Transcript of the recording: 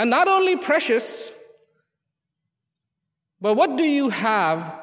and not only precious but what do you have